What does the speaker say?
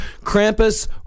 Krampus